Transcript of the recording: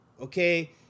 okay